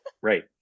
Right